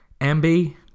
MB